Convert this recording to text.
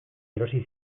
erosi